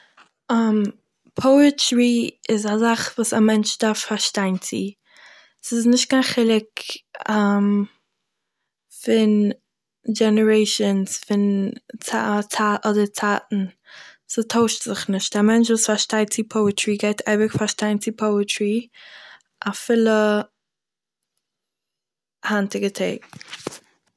פאעטרי איז א זאך וואס א מענטש דארף פארשטיין צו, ס'איז נישט קיין חילוק פון דזשענערעישנס פון ציי- ציי- אדער צייטן, ס'טוישט זיך נישט, א מענטש וואס פארשטייט צו פאעטרי גייט אייביג פארשטיין צו פאעטרי, אפילו היינטיגע טעג